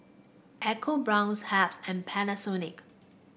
EcoBrown's and Panasonic